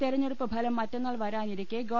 തെരഞ്ഞെ ടുപ്പ് ഫലം മറ്റന്നാൾ വരാനിരിക്കെ ഗവ